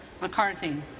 McCarthy